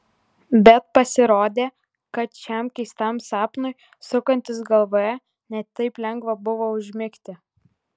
bet pasirodė kad šiam keistam sapnui sukantis galvoje ne taip lengva buvo užmigti